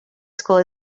school